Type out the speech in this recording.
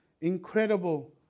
incredible